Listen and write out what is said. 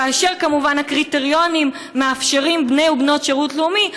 כאשר כמובן הקריטריונים מאפשרים בני ובנות שירות לאומי,